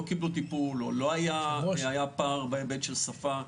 קיבלו טיפול או שהיה פער בהיבט של שפה.